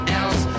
else